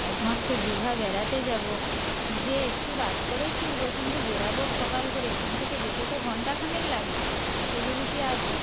একমাত্র দীঘা বেড়াতে যাব গিয়ে একটু রাত করেই ফিরব কিন্তু বেরোব সকাল করে এখান থেকে যেতে তো ঘণ্টাখানেক লাগবে খেজুরিতে আছি